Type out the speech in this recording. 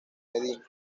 medina